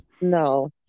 No